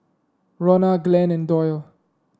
Ronna Glen and Doyle